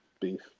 beef